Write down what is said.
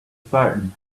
spartan